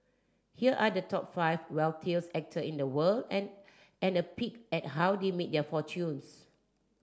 here are the top five wealthiest actor in the world and and a peek at how they made their fortunes